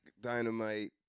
Dynamite